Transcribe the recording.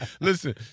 Listen